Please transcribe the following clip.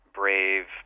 brave